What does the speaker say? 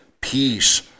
peace